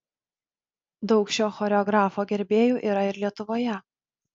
daug šio choreografo gerbėjų yra ir lietuvoje